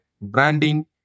branding